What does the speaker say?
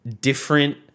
different